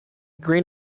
green